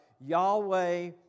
Yahweh